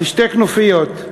שתי כנופיות,